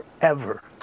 forever